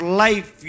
life